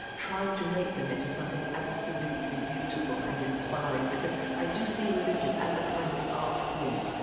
trying to make them into something absolutely beautiful and inspiring, because i do see religion as a kind of art form